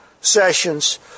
sessions